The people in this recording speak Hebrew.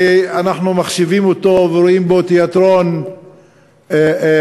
שאנחנו מחשיבים אותו ורואים בו תיאטרון מקצועי,